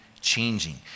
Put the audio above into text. changing